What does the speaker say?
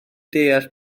deall